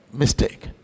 mistake